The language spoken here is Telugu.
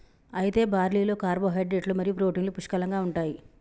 అయితే బార్లీలో కార్పోహైడ్రేట్లు మరియు ప్రోటీన్లు పుష్కలంగా ఉంటాయి